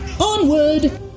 Onward